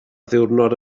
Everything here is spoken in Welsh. ddiwrnod